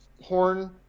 horn